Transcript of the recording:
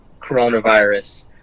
coronavirus